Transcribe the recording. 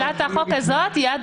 הצעת החוק הזאת היא עד אמצע אוגוסט.